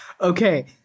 Okay